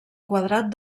quadrat